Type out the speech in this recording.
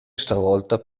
stavolta